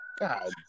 God